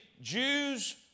Jews